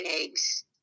eggs